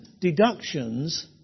deductions